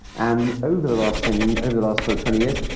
and over the last and over the last ah twenty years,